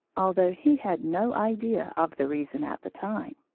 although he had no idea of the reason at the time.